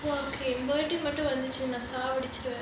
!wah! okay வந்துச்சுனா நான் சாவடிச்சிடுவேன்:vanthuchuna naan saavadichiduvaen